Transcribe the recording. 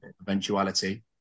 eventuality